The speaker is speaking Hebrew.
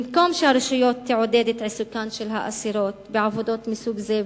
במקום שהרשות תעודד את עיסוקן של האסירות בעבודות מסוג זה,